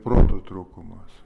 proto trūkumas